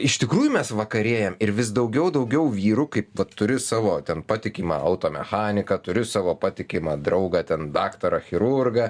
iš tikrųjų mes vakarėjam ir vis daugiau daugiau vyrų kaip vat turi savo ten patikimą auto mechaniką turi savo patikimą draugą ten daktarą chirurgą